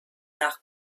nach